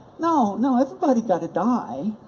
no no, everybody gotta die.